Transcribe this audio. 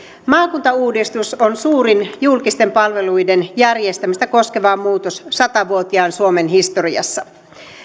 maakuntauudistus on suurin julkisten palveluiden järjestämistä koskeva muutos sata vuotiaan suomen historiassa